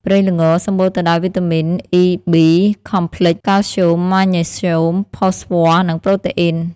ប្រេងល្ង សម្បូរទៅដោយវីតាមីន អ៊ី ប៊ី ខមផ្លិច (E B complex) កាល់ស្យូម ម៉ាញ៉េស្យូម ផូស្វ័រ និងប្រូតេអ៊ីន។